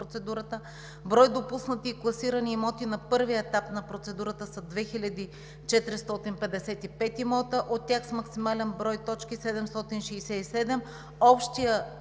процедурата; брой допуснати и класирани имоти на първия етап на процедурата са 2455 имота, от тях с максимален брой точки са 767. Общата